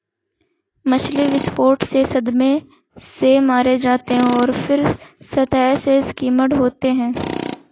मछली विस्फोट से सदमे से मारे जाते हैं और फिर सतह से स्किम्ड होते हैं